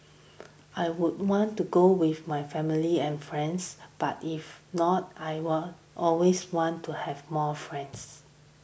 I would want to go with my family and friends but if not I will always want to have more friends